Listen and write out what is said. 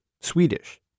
Swedish